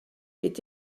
est